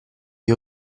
gli